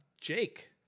Jake